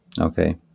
okay